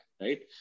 right